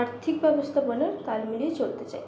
আর্থিক ব্যবস্থাপনার তাল মিলিয়ে চলতে চাই